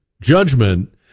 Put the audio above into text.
judgment